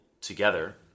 together